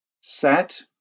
sat